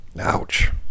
ouch